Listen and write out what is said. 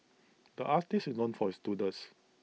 the artist is known for his doodles